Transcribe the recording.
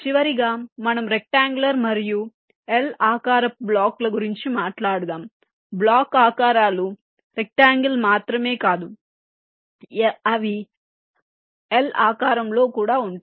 చివరగా మనం రెక్టాన్గులర్ మరియు L ఆకారపు బ్లాకుల గురించి మాట్లాడుదాం బ్లాక్ ఆకారాలు రెక్టఅంగెల్ మాత్రమే కాదు అవి L ఆకారంలో ఉంటాయి